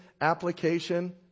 application